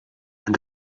and